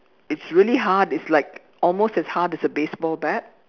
it's really hard it's like almost as hard as a baseball bat